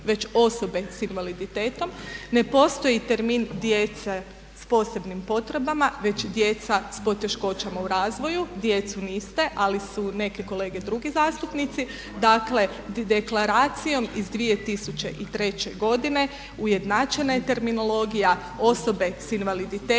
već osobe sa invaliditetom. Ne postoji termin djece sa posebnim potrebama, već djeca s poteškoćama u razvoju. Djecu niste, ali su neke kolege drugi zastupnici. Dakle, Deklaracijom iz 2003. godine ujednačena je terminologija osobe sa invaliditetom